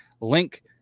link